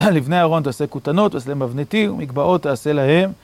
לבני אהרון תעשה קטנות, תעשה להם מבנתי, ומקבעות תעשה להם.